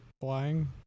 flying